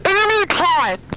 anytime